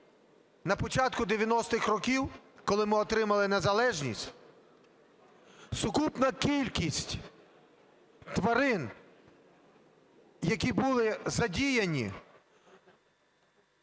на початку 90-х років, коли ми отримали незалежність, сукупна кількість тварин, які були задіяні